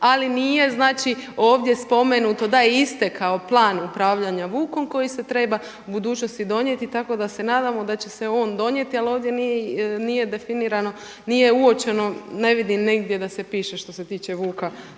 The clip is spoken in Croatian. ali nije znači ovdje spomenuto da je istekao plan upravljanja vukom koji se treba u budućnosti donijeti, tako da se nadamo da će se on donijeti ali ovdje nije definirano, nije uočeno, ne vidim nigdje da se piše što se tiče vuka.